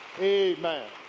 Amen